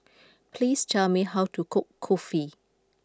please tell me how to cook kulfi